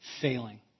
failing